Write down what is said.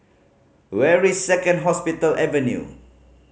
where is Second Hospital Avenue